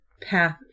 path